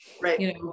Right